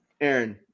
Aaron